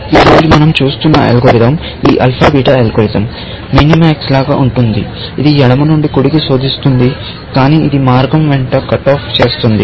ఈ రోజు మనం చూస్తున్న అల్గోరిథం ఈ ఆల్ఫా బీటా అల్గోరిథం మినిమాక్స్ లాగా ఉంటుంది ఇది ఎడమ నుండి కుడికి శోధిస్తుంది కానీ ఇది మార్గం వెంట కట్ ఆఫ్ చేస్తుంది